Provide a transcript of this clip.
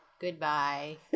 Goodbye